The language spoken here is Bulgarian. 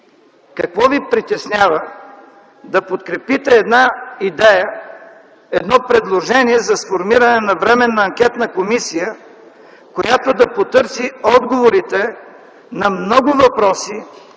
какво ви притеснява да подкрепите една идея, едно предложение за сформиране на временна анкетна комисия, която да потърси отговорите на много въпроси,